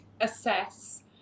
assess